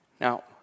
Now